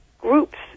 groups